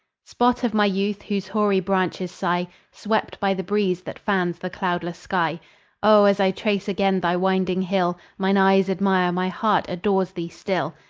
spot of my youth, whose hoary branches sigh, swept by the breeze that fans the cloudless sky o! as i trace again thy winding hill, mine eyes admire, my heart adores thee still.